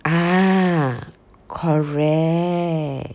ah correct